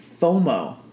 FOMO